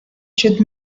should